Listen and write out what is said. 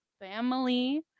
family